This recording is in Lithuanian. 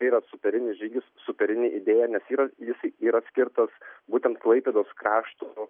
yra superinis žygis superinė idėja nes yra jis yra skirtas būtent klaipėdos krašto